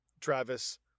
travis